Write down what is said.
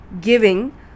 giving